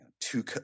two –